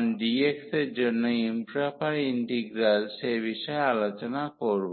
1dx এর জন্য improper integral সে বিষয়ে আলোচনা করব